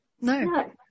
no